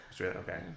Okay